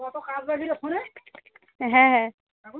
হ্যাঁ হ্যাঁ